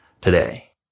today